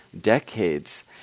decades